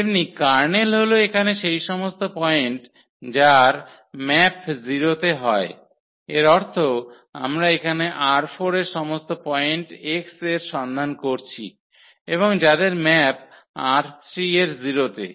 তেমনি কার্নেল হল এখানে সেই সমস্ত পয়েন্ট যার ম্যাপ 0 তে হয় এর অর্থ আমরা এখানে ℝ4 এর সমস্ত পয়েন্ট x এর সন্ধান করছি এবং যাদের ম্যাপ ℝ3 এর 0 তে